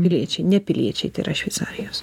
piliečiai ne piliečiai tai yra šveicarijos